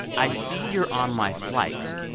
i see you're on my flight.